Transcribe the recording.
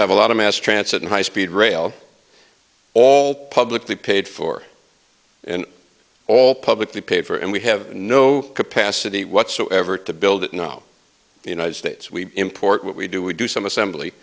have a lot of mass transit and high speed rail all publicly paid for and all publicly paid for and we have no capacity whatsoever to build it now the united states we import what we do we do some assembly